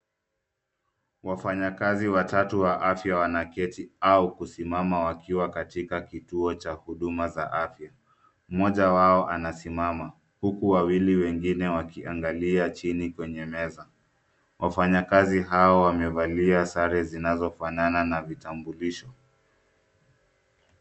Wafanyakazi watatu wa afya wanaketi au kusimama wakiwa katika kituo cha huduma za afya. Mmoja wao anasimama huku wawili wengine wakiangalia chini kwenye meza. Wafanyikazi hawa wamevalia sare zinazofanana na vitambulisho.